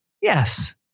Yes